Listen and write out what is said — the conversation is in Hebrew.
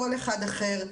כל אחד אחר,